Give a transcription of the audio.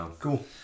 Cool